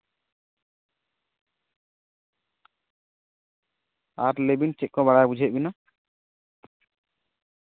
ᱟᱨ ᱞᱟᱹᱭ ᱵᱤᱱ ᱪᱮᱫ ᱠᱚ ᱵᱟᱲᱟᱭ ᱵᱩᱡᱷᱟᱹᱣᱮᱫ ᱵᱮᱱᱟ